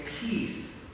peace